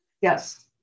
Yes